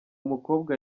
mukobwa